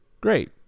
Great